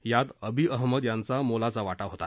यात Abiy Ahmed यांचा मोलाचा वाटा होता